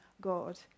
God